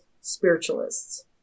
spiritualists